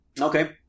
Okay